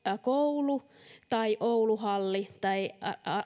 koulu tai ouluhalli tai